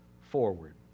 forward